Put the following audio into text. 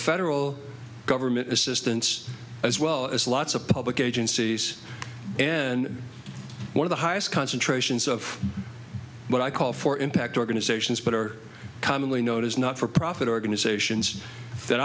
federal government assistance as well as lots of public agencies and one of the highest concentrations of what i call for impact organizations but are commonly known as not for profit organizations that